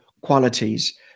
qualities